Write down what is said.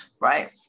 right